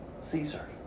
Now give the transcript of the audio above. Caesar